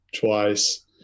twice